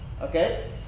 Okay